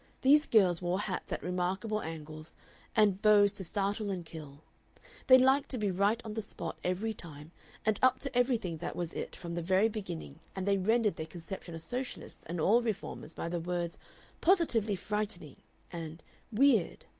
these girls wore hats at remarkable angles and bows to startle and kill they liked to be right on the spot every time and up to everything that was it from the very beginning and they rendered their conception of socialists and all reformers by the words positively frightening and weird.